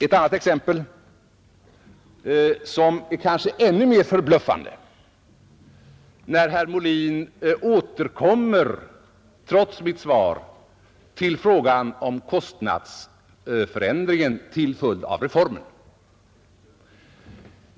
Ett annat exempel, som är kanske ännu mer förbluffande, är när herr Molin trots mitt svar återkommer till frågan om kostnadsförändringarna till följd av reformen.